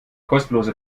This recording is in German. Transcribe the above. kostenlose